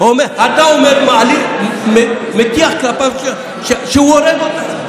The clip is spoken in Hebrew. אתה אומר, מטיח כלפיו, שהוא הורג אותם.